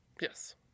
Yes